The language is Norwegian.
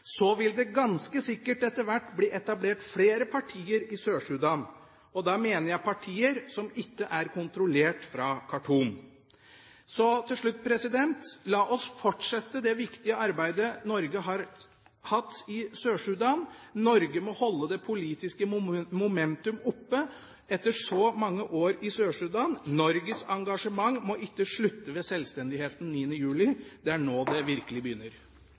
Så vil det ganske sikkert etter hvert bli etablert flere partier i Sør-Sudan, og da mener jeg partier som ikke er kontrollert fra Khartoum. Så til slutt: La oss fortsette det viktige arbeidet Norge har hatt i Sør-Sudan. Norge må holde det politiske momentum oppe etter så mange år i Sør-Sudan. Norges engasjement må ikke slutte ved sjølstendigheten 9. juli. Det er nå det virkelig begynner.